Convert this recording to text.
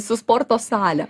su sporto sale